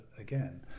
again